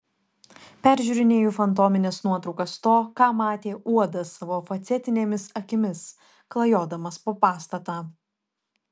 peržiūrinėju fantomines nuotraukas to ką matė uodas savo facetinėmis akimis klajodamas po pastatą